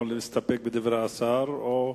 או להסתפק בדברי השר או,